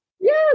Yes